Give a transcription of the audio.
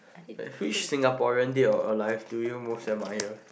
like which Singaporean dead or alive do you most admire